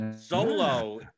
solo